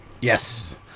Yes